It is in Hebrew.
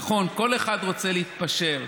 נכון, כל אחד רוצה להתפשר,